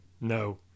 No